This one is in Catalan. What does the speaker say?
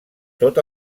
tot